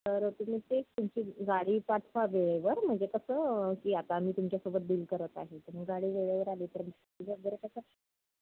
तर तुम्ही ते तुमची गाडी पाठवा वेळेवर म्हणजे कसं की आता आम्ही तुमच्यासोबत डील करत आहे गाडी वेळेवर आली तर